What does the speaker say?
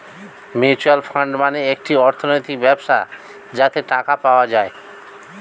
mutual fund মানে একটি অর্থনৈতিক ব্যবস্থা যাতে টাকা পাওয়া যায়